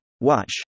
watch